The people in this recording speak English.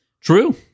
True